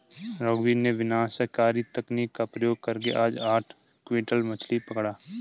रघुवीर ने विनाशकारी तकनीक का प्रयोग करके आज आठ क्विंटल मछ्ली पकड़ा